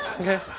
Okay